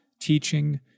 teaching